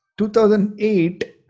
2008